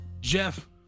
Jeff